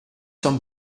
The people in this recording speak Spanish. son